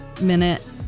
minute